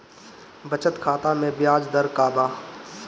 बचत खाता मे ब्याज दर का बा?